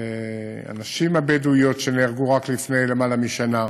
הנשים הבדואיות שנהרגו רק לפני יותר משנה,